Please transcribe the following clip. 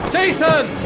Jason